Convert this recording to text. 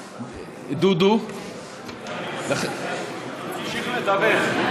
דודו, תמשיך לדבר.